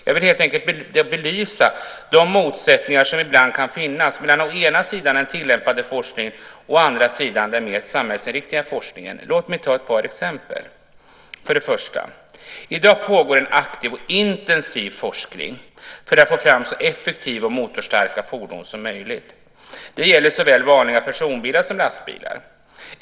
Jag vill helt enkelt belysa de motsättningar som ibland kan finnas mellan å ena sidan den tillämpade forskningen, å andra sidan den mer samhällsinriktade forskningen. Låt mig ta ett par exempel. I dag pågår en aktiv och intensiv forskning för att få fram så effektiva och motorstarka fordon som möjligt. Det gäller såväl vanliga personbilar som lastbilar.